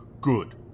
Good